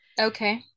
okay